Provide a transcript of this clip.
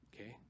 okay